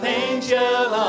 angel